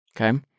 Okay